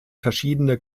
verschiedene